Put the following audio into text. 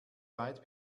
weit